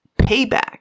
payback